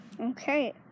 Okay